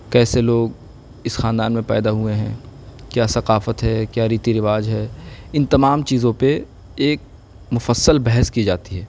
کیسے لوگ اس خاندان میں پیدا ہوئے ہیں کیا ثقافت ہے کیا ریتی رواج ہے ان تمام چیزوں پہ ایک مفصل بحث کی جاتی ہے